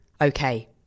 Okay